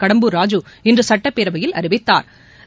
கடம்பூர் ராஜூ இன்று சட்டப்பேரவையில் அறிவித்தாா்